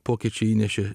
pokyčiai įnešė